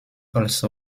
also